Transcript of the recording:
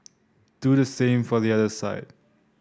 do the same for the other side